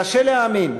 קשה להאמין,